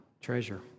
Treasure